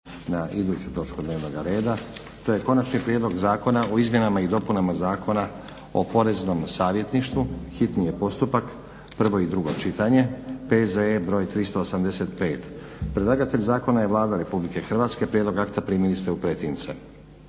na iduću točku dnevnoga reda to je: - Konačni prijedlog Zakona o Izmjenama i dopunama Zakona o poreznom savjetništvu, hitni postupak, prvo i drugo čitanje, P.Z.E. br. 385; Predlagatelj Zakona je Vlada Republike Hrvatske. Prijedlog akta primili ste u pretince.